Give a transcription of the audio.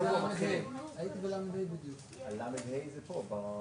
שעבודה בתל אביב היא שונה מהמגזר שאתה נמצא בו.